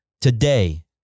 Today